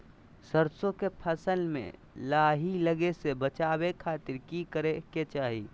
सरसों के फसल में लाही लगे से बचावे खातिर की करे के चाही?